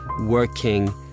working